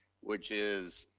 which is